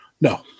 No